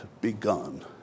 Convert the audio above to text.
begun